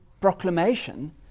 proclamation